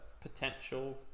potential